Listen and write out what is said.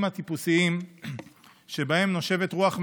הטיפוסיים שבהם נושבת רוח מהשמיים,